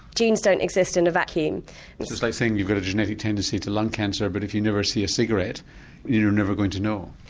genes don't exist in a vacuum. it's it's like saying you've got a genetic tendency to lung cancer but if you never see a cigarette you're never going to know.